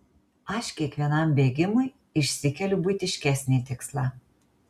aš kiekvienam bėgimui išsikeliu buitiškesnį tikslą